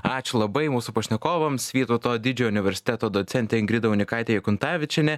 ačiū labai mūsų pašnekovams vytauto didžiojo universiteto docentė ingrida unikaitė jakuntavičienė